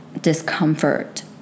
discomfort